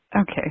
Okay